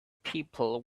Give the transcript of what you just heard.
people